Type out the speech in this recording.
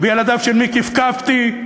וילדיו של מי כפכפתי,